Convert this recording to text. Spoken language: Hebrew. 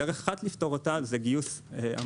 דרך אחת לפתור אותה זה גיוס המונים,